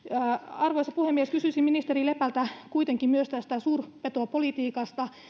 arvoisa puhemies kysyisin ministeri lepältä kuitenkin myös tästä suurpetopolitiikasta